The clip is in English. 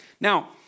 Now